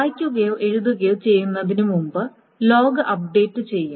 വായിക്കുകയോ എഴുതുകയോ ചെയ്യുന്നതിനുമുമ്പ് ലോഗ് അപ്ഡേറ്റ് ചെയ്യും